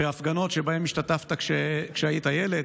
בהפגנות שבהן השתתפת כשהיית ילד.